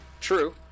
True